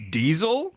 diesel